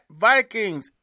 vikings